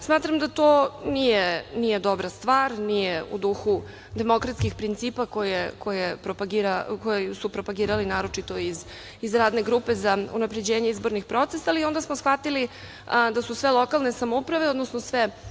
godine. Smatram da to nije dobra stvar, nije u duhu demokratskih principa koje su propagirali naročito iz Radne grupe za unapređenje izbornih procesa, ali onda smo shvatili da su sve lokalne samouprave, odnosno sve